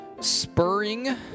spurring